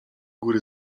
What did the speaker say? góry